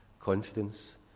confidence